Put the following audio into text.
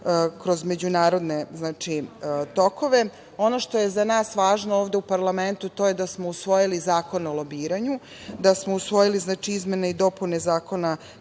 kroz međunarodne tokove. Ono što je za nas važno ovde u parlamentu to je da smo usvojili Zakon o lobiranju, da smo usvojili izmene i dopune Zakona